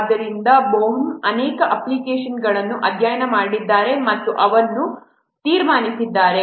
ಆದ್ದರಿಂದ ಬೋಹ್ಮ್ ಅನೇಕ ಅಪ್ಲಿಕೇಶನ್ಗಳನ್ನು ಅಧ್ಯಯನ ಮಾಡಿದ್ದಾರೆ ಮತ್ತು ಅವರು ಇದನ್ನು ತೀರ್ಮಾನಿಸಿದ್ದಾರೆ